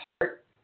heart